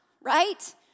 right